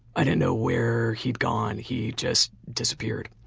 i didn't know where he'd gone. he just disappeared.